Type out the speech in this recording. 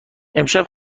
امشب